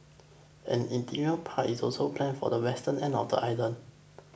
an interim park is also planned for the western end of the island